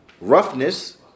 Roughness